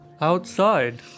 outside